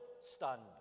stunned